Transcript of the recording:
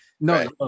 No